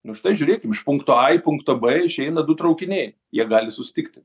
nu štai žiūrėkim iš punkto a į punktą b išeina du traukiniai jie gali susitikti